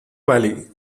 valley